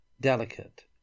delicate